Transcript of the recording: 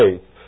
faith